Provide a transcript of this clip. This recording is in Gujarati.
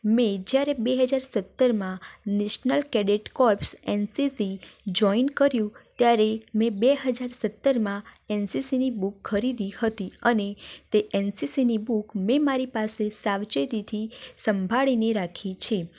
મેં જ્યારે બે હજાર સત્તરમાં national cadet corps N C C join કર્યું ત્યારે મેં બે હજાર સત્તરમાં એન સી સીની બૂક ખરીદી હતી અને તે એન સી સીની બૂક મેં મારી પાસે સાવચેતીથી સંભાળીને રાખી છે